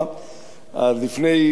לפני כשנתיים ומשהו,